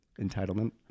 entitlement